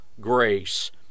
grace